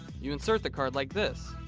you insert the card like this.